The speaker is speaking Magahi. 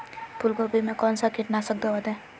फूलगोभी में कौन सा कीटनाशक दवा दे?